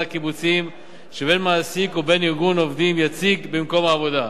הקיבוציים שבין מעסיק ובין ארגון עובדים יציג במקום העבודה.